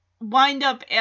wind-up